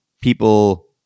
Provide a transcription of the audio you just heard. people